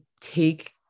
take